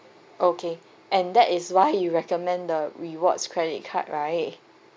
okay and that is why you recommend the rewards credit card right